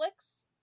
Netflix